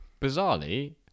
bizarrely